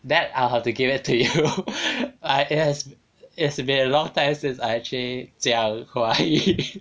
that I'll have to give it to you I has it has been a long time since I actually 讲华语